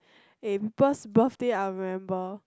in birth~ birthday I remember